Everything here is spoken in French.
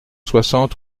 soixante